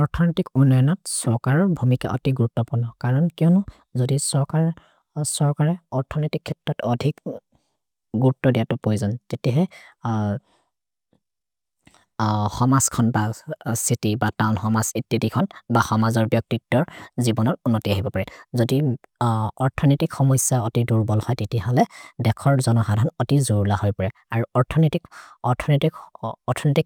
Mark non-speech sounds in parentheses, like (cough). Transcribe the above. औथेन्तिच् उनेनत् सौकर् और् भमिके अति गुर्त पोन। करन् क्यनो? जोदि सौकर् और् सौकरे औथेन्तिच् खेतत् अतिक् गुर्त दियत पैजन्। तेतिहे (hesitation) हमस् खन् ब चित्य् ब तोव्न् हमस् इति तिखन् ब हमस् और् भ्यक्तिर् तर् जिबन् और् उनते हैप प्रए। जोदि औथेन्तिच् हमोइस अति दुर् बल्ह तेतिहले देखर् जन हर्हन् अति जोर्ल हैपरे। और् औथेन्तिच्